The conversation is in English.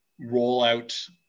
rollout